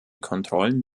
kontrollen